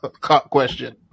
question